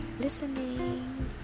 listening